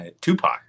Tupac